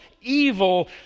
evil